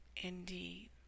indeed